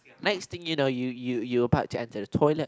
next thing you know you you you about to enter the toilet